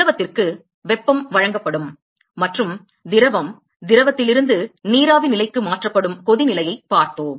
திரவத்திற்கு வெப்பம் வழங்கப்படும் மற்றும் திரவம் திரவத்திலிருந்து நீராவி நிலைக்கு மாற்றப்படும் கொதிநிலையைப் பார்த்தோம்